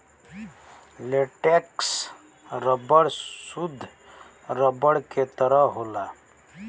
latex rubber सुद्ध rubber के तरह होला